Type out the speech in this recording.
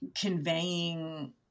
conveying